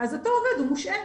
אז אותו עובד מושהה.